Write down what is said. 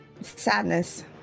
Sadness